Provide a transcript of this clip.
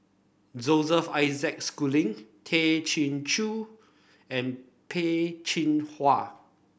Joseph Isaac Schooling Tay Chin Joo and Peh Chin Hua